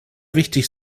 wichtig